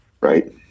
right